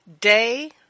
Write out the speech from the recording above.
Day